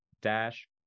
dash